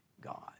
God